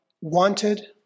wanted